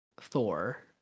Thor